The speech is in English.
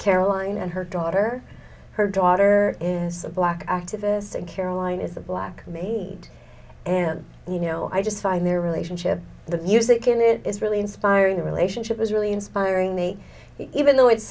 caroline and her daughter her daughter is a black activist and caroline is a black made and you know i just find their relationship the music and it is really inspiring the relationship is really inspiring me even though it's